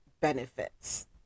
benefits